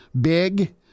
big